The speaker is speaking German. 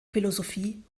philosophie